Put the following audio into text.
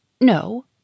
No